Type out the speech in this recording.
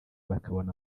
bakabona